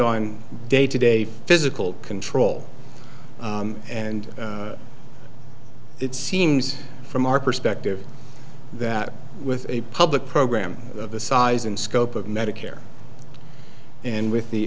on day to day physical control and it seems from our perspective that with a public program of the size and scope of medicare and with the